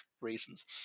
reasons